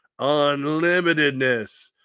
unlimitedness